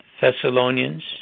Thessalonians